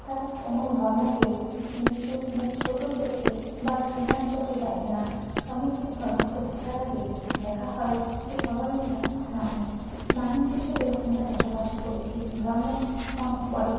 তারা কোনও ধর্মকে নিচু বা ছোট চোখে বা ঘৃণার চোখে দেখে না সমস্ত ধর্মকে দেখার আগে দেখা হয় যে সবাই আমরা মানুষ মানুষ হিসেবে আমরা বসবাস করছি ধর্ম অনেক পরে